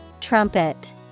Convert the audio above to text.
Trumpet